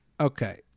Okay